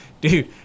Dude